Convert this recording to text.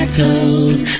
toes